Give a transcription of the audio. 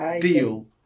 Deal